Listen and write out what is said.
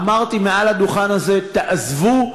אמרתי מעל הדוכן הזה: תעזבו,